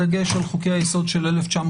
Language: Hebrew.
בדגש על חוקי-היסוד של 1992